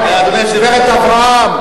חברת הכנסת רוחמה אברהם.